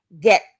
get